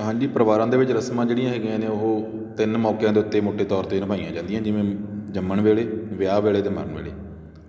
ਹਾਂਜੀ ਪਰਿਵਾਰਾਂ ਦੇ ਵਿੱਚ ਰਸਮਾਂ ਜਿਹੜੀਆਂ ਹੈਗੀਆਂ ਨੇ ਉਹ ਤਿੰਨ ਮੌਕਿਆਂ ਦੇ ਉੱਤੇ ਮੋਟੇ ਤੌਰ 'ਤੇ ਨਿਭਾਈਆਂ ਜਾਂਦੀਆਂ ਜਿਵੇਂ ਜੰਮਣ ਵੇਲੇ ਵਿਆਹ ਵੇਲੇ ਅਤੇ ਮਰਨ ਵੇਲੇ